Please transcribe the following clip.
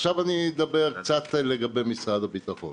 עכשיו אני אדבר קצת לגבי משרד הביטחון.